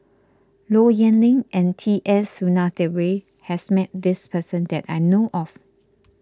Low Yen Ling and T S Sinnathuray has met this person that I know of